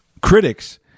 critics